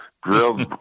grilled